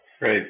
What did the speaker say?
right